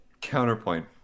Counterpoint